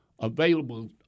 available